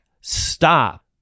stop